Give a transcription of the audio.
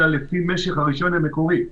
אלא לפי משך הרישיון המקורי.